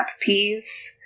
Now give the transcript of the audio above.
peas